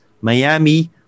Miami